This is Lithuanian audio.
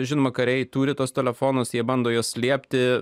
žinoma kariai turi tuos telefonus jie bando juos slėpti